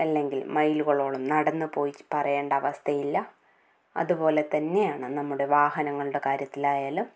അല്ലെങ്കിൽ മൈലുകളോളം നടന്നുപോയി പറയേണ്ട അവസ്ഥയില്ല അതുപോലെതന്നെയാണ് നമ്മുടെ വാഹനങ്ങളുടെ കാര്യത്തിലായാലും